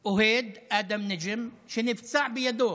באוהד, אדם ניג'ם, והוא נפצע בידו.